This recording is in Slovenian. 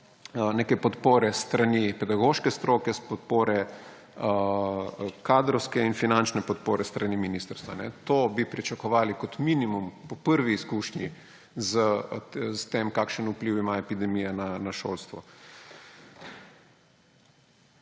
neke podpore s strani pedagoške stroke, kadrovske in finančne podpore s strani ministrstva. To bi pričakovali kot minimum po prvi izkušnji s tem, kakšen vpliv ima epidemija na šolstvo.